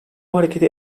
hareketi